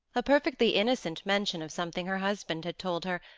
a perfectly innocent mention of something her husband had told her,